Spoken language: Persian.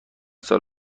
سال